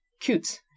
cute